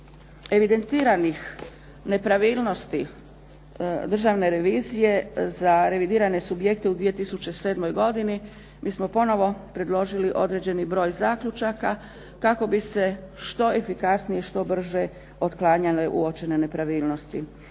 evidentiranih nepravilnosti državne revizije za revidirane subjekte u 2007. godini mi smo ponovno predložili određeni broj zaključaka kako bi se što efikasnije, što brže otklanjale uočene nepravilnosti.